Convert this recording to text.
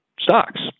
stocks